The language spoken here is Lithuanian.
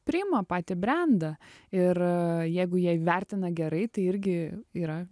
priima patį brendą ir jeigu jie įvertina gerai tai irgi yra